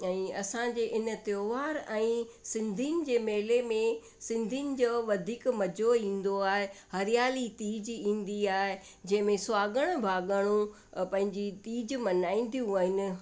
ऐं असांजे हिन त्योहार ऐं सिंधियुनि जे मेले में सिंधियुनि जो वधीक मजो ईंदो आहे हरियाली तीज ईंदी आहे जंहिं में सुहागण भागाणो पंहिंजी तीज मल्हाईंदियूं आहिनि